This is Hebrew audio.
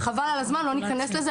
חבל על הזמן, לא ניכנס לזה.